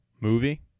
movie